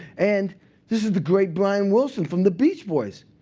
and this is the great brian wilson from the beach boys.